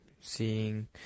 seeing